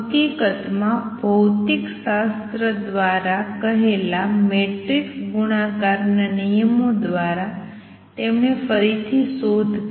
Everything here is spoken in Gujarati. હકીકતમાં ભૌતિકશાસ્ત્ર દ્વારા કહેલાં મેટ્રિક્સ ગુણાકારના નિયમો દ્વારા તેમણે ફરીથી શોધ કરી